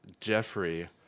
Jeffrey